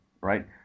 Right